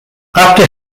after